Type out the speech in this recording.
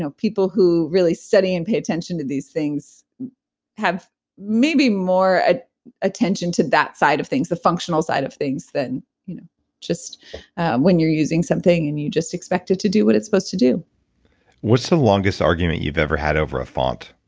so people who really study and pay attention to these things have maybe more ah attention to that side of things, the functional side of things, than you know just when you're using something and you just expect it to do what it's supposed to do what's the longest argument you've ever had over a font?